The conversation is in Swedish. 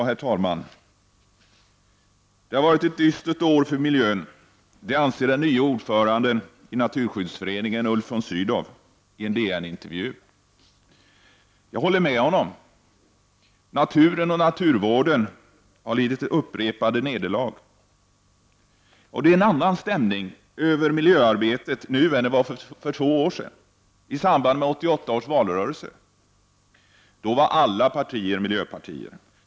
Herr talman! Det har varit ett dystert år för miljön, anser den nye ordföranden i Naturskyddsföreningen, Ulf von Sydow, i en DN-intervju. Jag håller med honom. Naturen och naturvården har lidit upprepade nederlag. Det är en annan stämning över miljöarbetet nu än det var för två år sedan, i samband med 1988 års valrörelse. Då var alla partier miljöpartier.